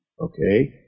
Okay